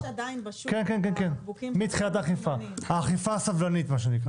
מה שנקרא "אכיפה סבלנית".